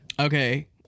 Okay